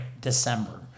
December